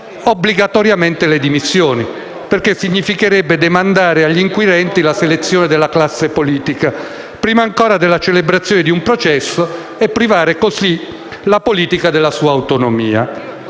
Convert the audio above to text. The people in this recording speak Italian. obbligatoriamente le dimissioni. Ciò, infatti, significherebbe demandare agli inquirenti la selezione della classe politica prima ancora della celebrazione di un processo e privare così la politica della sua autonomia.